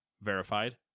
Verified